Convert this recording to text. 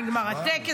כבר נגמר הטקס.